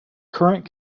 current